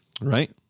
right